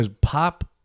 pop